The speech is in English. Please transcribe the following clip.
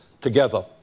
together